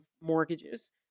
mortgages